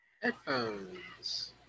Headphones